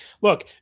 Look